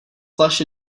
flush